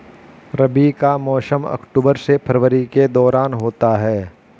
रबी का मौसम अक्टूबर से फरवरी के दौरान होता है